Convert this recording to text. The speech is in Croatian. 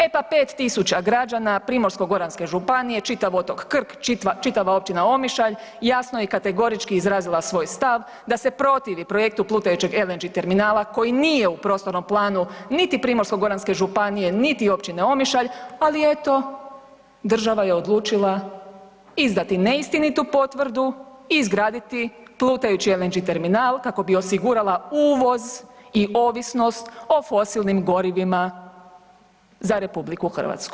E pa 5000 građana Primorsko-goranske županije, čitav otok Krk, čitava općina Omišalj, jasno i kategorički je izrazila svoj stav da se protivi projektu plutajućeg LNG terminala koji nije u prostornom planu niti Primorsko-goranske županije niti općine Omišalj ali eto, država je odlučila izdati neistinitu potvrdu i izgraditi plutajući LNG terminal kako bi osigurala uvoz i ovisnost o fosilnim gorivima za RH.